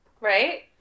Right